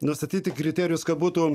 nustatyti kriterijus kad būtų